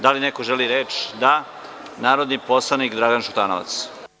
Da li neko želi reč? (Da.) Reč ima narodni poslanik Dragan Šutanovac.